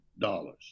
dollars